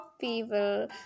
people